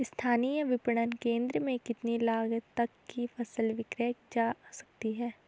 स्थानीय विपणन केंद्र में कितनी लागत तक कि फसल विक्रय जा सकती है?